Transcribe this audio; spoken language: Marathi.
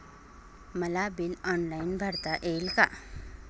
मला बिल ऑनलाईन भरता येईल का?